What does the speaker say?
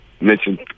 mention